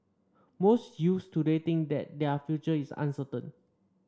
most youths today think that their future is uncertain